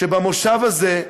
שבמושב הזה,